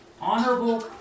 honorable